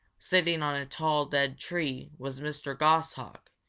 sitting on a tall, dead tree was mr. goshawk,